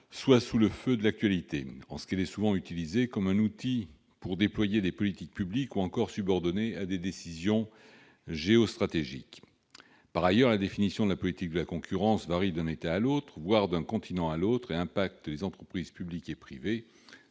soit sous le feu de l'actualité, en ce sens qu'elle est souvent utilisée comme un outil pour déployer des politiques publiques ou subordonnée à des décisions géostratégiques. Par ailleurs, la définition de la politique de concurrence varie d'un État à l'autre, voire d'un continent à l'autre, et affecte les entreprises publiques et privées,